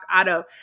Auto